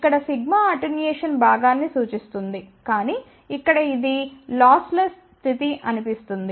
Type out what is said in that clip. ఇక్కడ అటెన్యుయేషన్ భాగాన్ని సూచిస్తుంది కానీ ఇక్కడ ఇది నష్టరహిత స్థితి అనిపిస్తుంది